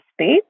space